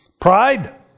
Pride